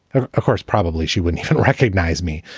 ah of course, probably she wouldn't even recognize me.